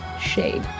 shade